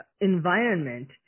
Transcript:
environment